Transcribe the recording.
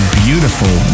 beautiful